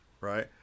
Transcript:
right